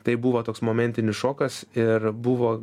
tai buvo toks momentinis šokas ir buvo